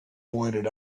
pointed